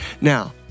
Now